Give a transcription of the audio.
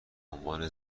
عنوان